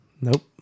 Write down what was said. Nope